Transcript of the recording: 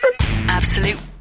Absolute